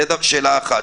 זו שאלה אחת.